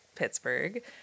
Pittsburgh